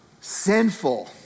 sinful